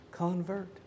convert